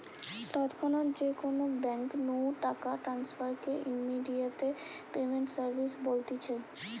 তৎক্ষণাৎ যে কোনো বেঙ্ক নু টাকা ট্রান্সফার কে ইমেডিয়াতে পেমেন্ট সার্ভিস বলতিছে